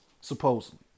supposedly